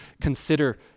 consider